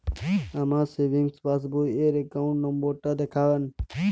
আমার সেভিংস পাসবই র অ্যাকাউন্ট নাম্বার টা দেখান?